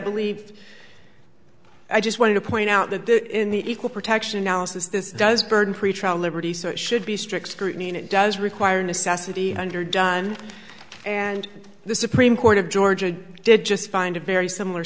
believe i just want to point out that that in the equal protection alice's this does burden pretrial liberty so it should be strict scrutiny and it does require necessity hundred done and the supreme court of georgia did just find a very similar